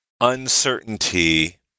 uncertainty